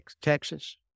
Texas